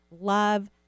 love